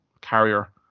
carrier